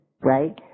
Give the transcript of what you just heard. right